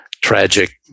tragic